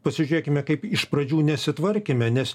pasižiūrėkime kaip iš pradžių nesitvarkėme nes